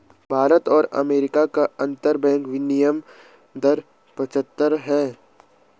भारत और अमेरिका का अंतरबैंक विनियम दर पचहत्तर है